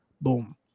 Boom